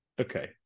Okay